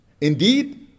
Indeed